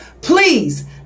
please